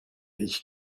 ich